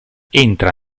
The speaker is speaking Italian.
entra